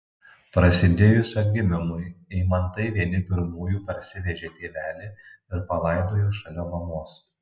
prasidėjus atgimimui eimantai vieni pirmųjų parsivežė tėvelį ir palaidojo šalia mamos